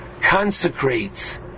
consecrates